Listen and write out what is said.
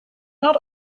not